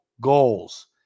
goals